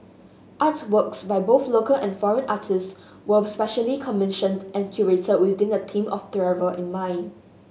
artworks by both local and foreign artists were specially commissioned and curated with the theme of travel in mind